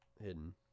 hidden